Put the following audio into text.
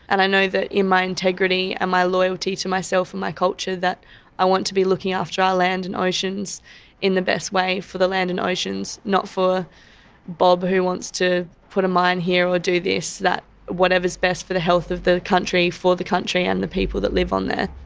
and i know that in my integrity and my loyalty to myself and my culture, that i want to be looking after our land and oceans in the best way for the land and oceans, not for bob who wants to put a mine here or do this, this, that, whatever is best for the health of the country, for the country and the people that live on there.